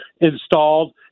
installed